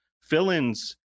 fill-ins